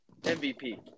MVP